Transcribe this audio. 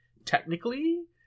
technically